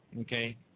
Okay